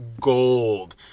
gold